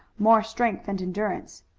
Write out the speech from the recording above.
more strength and endurance.